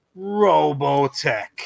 Robotech